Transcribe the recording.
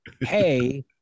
Hey